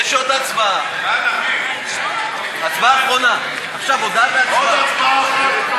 ההצעה להעביר את הנושא לוועדת הכנסת לא נתקבלה.